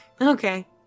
okay